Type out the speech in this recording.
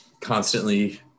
constantly